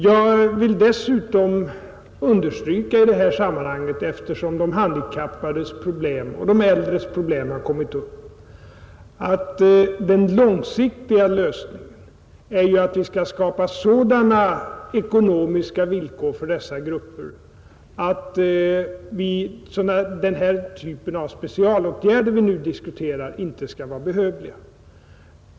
Jag vill dessutom understryka i detta sammanhang — eftersom de handikappades och de äldres problem kommit upp — att den långsiktiga lösningen är att skapa sådana ekonomiska betingelser för dessa grupper att specialåtgärder av den typ som vi nu diskuterar inte skall vara behövliga.